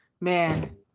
man